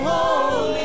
Holy